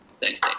Thanks